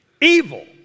evil